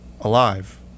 alive